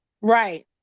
right